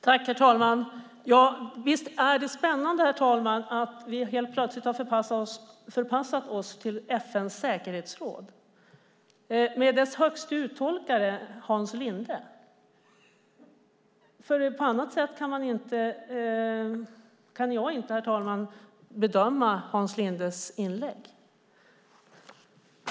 Herr talman! Ja, visst är det spännande att vi helt plötsligt förpassat oss till FN:s säkerhetsråd med Hans Linde som dess högste uttolkare. På annat sätt kan jag inte, herr talman, bedöma Hans Lindes inlägg.